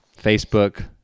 Facebook